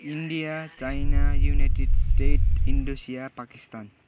India China United State Indonesia Pakistan